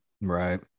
right